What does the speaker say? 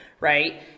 Right